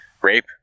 Rape